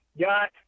got